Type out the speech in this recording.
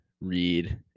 read